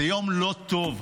זה יום לא טוב,